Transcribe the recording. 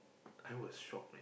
I was shocked right